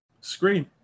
screen